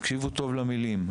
תקשיבו טוב למילים האלו,